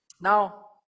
Now